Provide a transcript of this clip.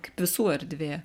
kaip visų erdvė